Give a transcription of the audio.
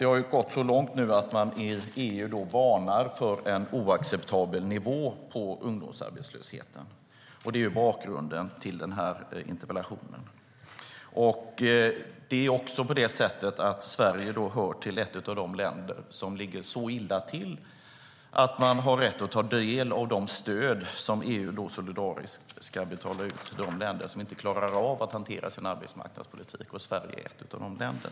Nu har det gått så långt att man i EU varnar för en oacceptabel nivå på den svenska ungdomsarbetslösheten. Detta är bakgrunden till den här interpellationen. Sverige hör till de länder som ligger så illa till att man har rätt att ta del av de stöd som EU solidariskt ska betala ut. Det stödet betalas ut till de länder som inte klarar av att hantera sin arbetsmarknadspolitik. Sverige är ett av dessa länder.